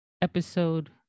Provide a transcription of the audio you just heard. episode